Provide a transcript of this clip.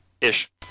ish